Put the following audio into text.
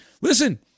listen